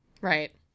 Right